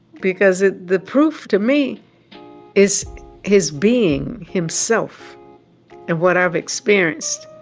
because the proof to me is his being himself and what i've experienced